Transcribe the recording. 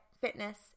Fitness